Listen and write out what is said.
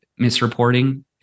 misreporting